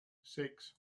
six